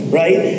right